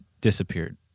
disappeared